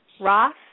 Ross